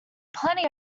plenty